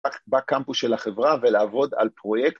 ‫בקמפוס של החברה ולעבוד על פרויקט.